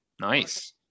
nice